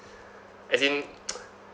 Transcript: as in